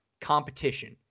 competition